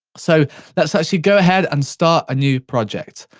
so let's actually go ahead and start a new project.